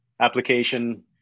application